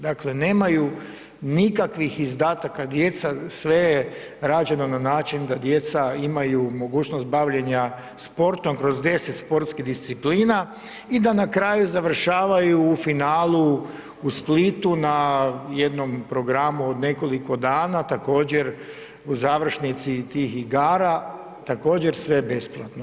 Dakle, nemaju nikakvih izdataka djeca, sve je rađeno na način da djeca imaju mogućnost bavljenja sportom kroz 10 sportskih disciplina i da na kraju završavaju u finalu u Splitu na jednom programu od nekoliko dana, također u završnici tih igara, također sve je besplatno.